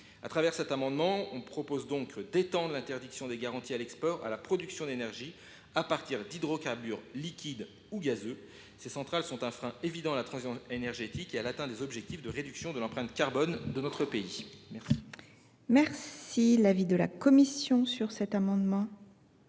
décennies. Cet amendement vise donc à étendre l’interdiction de garanties à l’export à la production d’énergie à partir d’hydrocarbures liquides ou gazeux. Ces centrales sont un frein évident à la transition énergétique et à l’atteinte des objectifs de réduction de l’empreinte carbone de notre pays. Quel est l’avis de la commission ? Vous avez bien